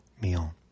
meal